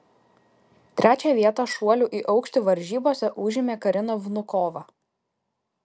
trečią vietą šuolių į aukštį varžybose užėmė karina vnukova